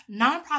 nonprofit